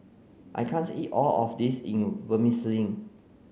I can't eat all of this in Vermicelli